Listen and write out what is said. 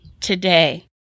today